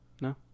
No